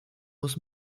muss